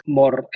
more